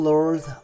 Lord